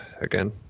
again